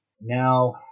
Now